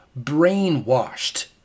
Brainwashed